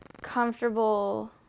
comfortable